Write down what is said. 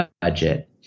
budget